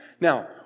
Now